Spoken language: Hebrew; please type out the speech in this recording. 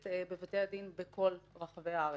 אני מייצגת בבתי הדין בכל רחבי הארץ.